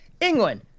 England